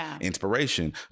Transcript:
inspiration